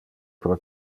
pro